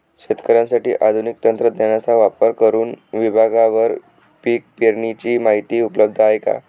शेतकऱ्यांसाठी आधुनिक तंत्रज्ञानाचा वापर करुन विभागवार पीक पेरणीची माहिती उपलब्ध आहे का?